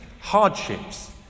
hardships